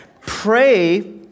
pray